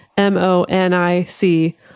M-O-N-I-C